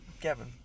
Kevin